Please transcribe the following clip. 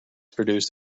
produced